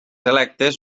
electes